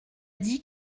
dit